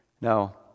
Now